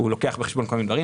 הוא לוקח בחשבון כל מיני דברים.